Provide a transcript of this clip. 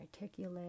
articulate